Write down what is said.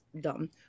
dumb